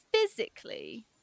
physically